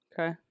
Okay